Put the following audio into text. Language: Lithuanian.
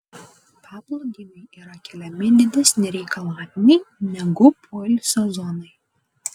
paplūdimiui yra keliami didesni reikalavimai negu poilsio zonai